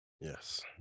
yes